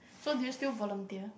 so do you still volunteer